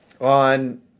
On